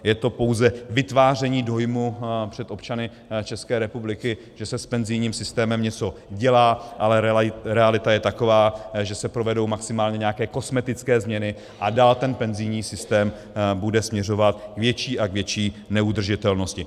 Je to pouze vytváření dojmu před občany České republiky, že se s penzijním systémem něco dělá, ale realita je taková, že se provedou maximálně nějaké kosmetické změny a dál ten penzijní systém bude směřovat k větší a větší neudržitelnosti.